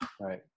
Right